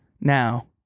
Now